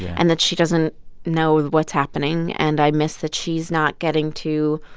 and that she doesn't know what's happening. and i miss that she's not getting to